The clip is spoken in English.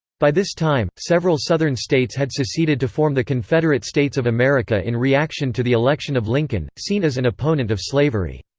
by this time, several southern states had seceded to form the confederate states of america in reaction to the election of lincoln, seen as an opponent of slavery.